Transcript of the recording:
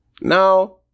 Now